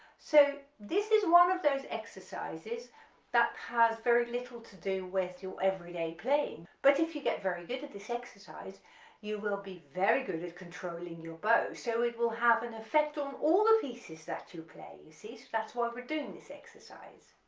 so this is one of those exercises that has very little to do with your everyday playing, but if you get very good at this exercise you will be very good at controlling your bow so it will have an effect on all the pieces that you play you see, so that's why we're doing this exercise.